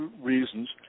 reasons